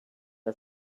our